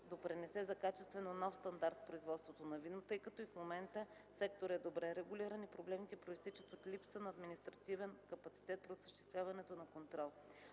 допринесе за качествено нов стандарт в производството на вино, тъй като и в момента секторът е добре регулиран и проблемите произтичат от липса на административен капацитет при осъществяването на контрол.